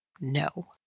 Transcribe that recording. No